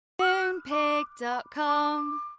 Moonpig.com